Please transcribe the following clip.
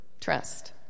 trust